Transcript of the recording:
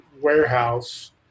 warehouse